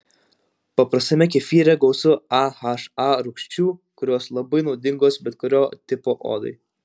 paprastame kefyre gausu aha rūgščių kurios labai naudingos bet kurio tipo odai